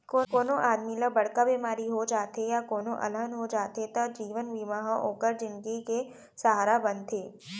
कोनों आदमी ल बड़का बेमारी हो जाथे या कोनों अलहन हो जाथे त जीवन बीमा ह ओकर जिनगी के सहारा बनथे